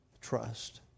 trust